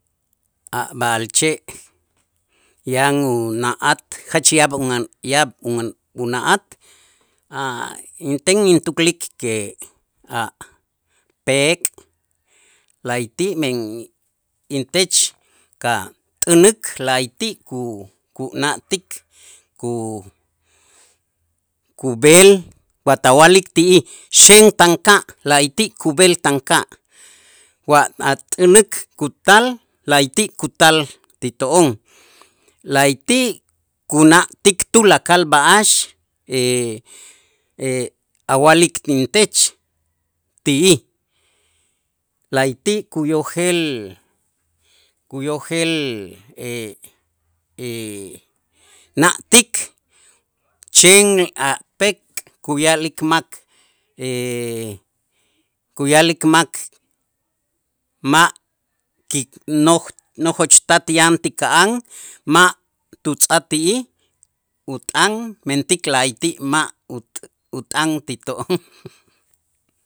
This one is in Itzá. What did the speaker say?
A' b'a'alche' yan una'at jach yaab' yaab' un- una'at a' inten intuklik que a' pek', la'ayti' men intech kat'änik la'ayti' ku- kuna'tik ku- kub'el wa ta wa'lik ti'ij xen taanka' la'ayti' kub'el taanka' wa at'änik kutal la'ayti' kutal ti to'on la'ayti' kuna'tik tulakal b'a'ax awa'lik intech ti'ij la'ayti' kuyojel kuyojel na'tik chen a' pek' kuya'lik mak kuya'lik mak ma' ki noj- nojoch tat yan ti ka'an ma' tutz'aj ti'ij ut'an mentik la'ayti' ma' ut- ut'an ti to'on.